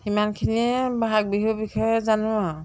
সিমানখিনিয়ে বহাগ বিহুৰ বিষয়ে জানোঁ আৰু